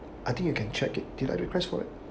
I think you can check it did I request for it